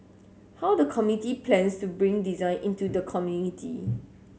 how the committee plans to bring design into the community